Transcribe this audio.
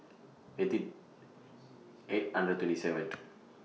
eighty eight hundred twenty seventh